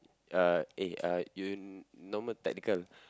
uh eh uh you normal technical